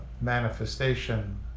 manifestation